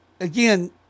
again